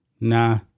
nah